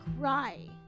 cry